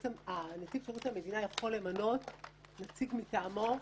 נציב שירות המדינה יכול למנות נציג מטעמו,